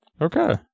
Okay